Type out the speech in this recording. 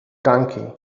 donkey